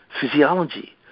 physiology